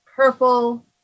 purple